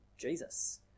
Jesus